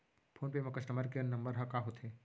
Phone पे म customer care number ह का होथे?